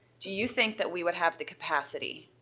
do you think that we would have the capacity